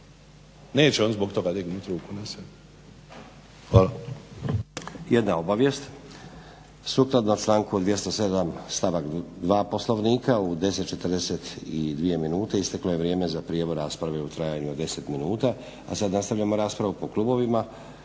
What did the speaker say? Neće oni zbog toga dignut ruku na sebe.